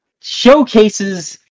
showcases